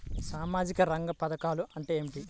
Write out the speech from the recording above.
సామాజిక రంగ పధకాలు అంటే ఏమిటీ?